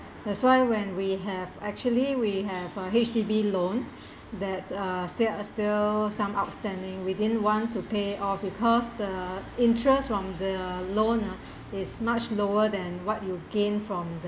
that's why when we have actually we have uh H_D_B loan that uh still still some outstanding we didn't want to pay off because the interest from the loan uh is much lower than what you gain from